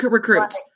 recruits